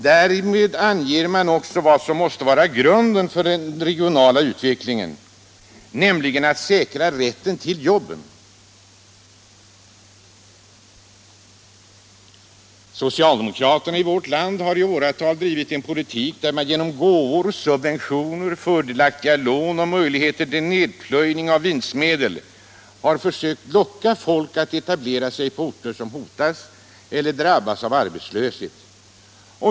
Därmed anger man också vad som måste vara grunden för den regionala utvecklingen, nämligen säkrandet av rät Socialdemokraterna i vårt land har i åratal drivit en politik som genom gåvor, subventioner, fördelaktiga lån och genom möjligheter till nedplöjning av vinstmedel har försökt locka företag att etablera sig på orter som hotas eller drabbas av arbetslöshet.